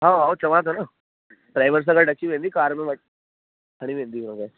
हा हा चवां थो न ड्राइवर सां गॾु अची वेंदी कार में वठी खणी वेंदी हुन खे